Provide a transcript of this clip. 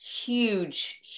huge